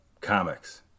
comics